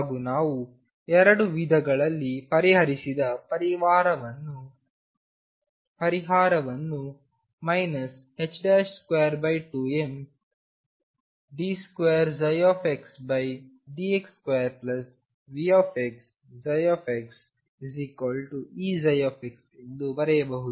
ಹಾಗೂ ನಾವು 2 ವಿಧಗಳಲ್ಲಿ ಪರಿಹರಿಸಿದ ಪರಿಹಾರವನ್ನು 22md2xdx2VxxEψ ಎಂದು ಬರೆಯಬಹುದು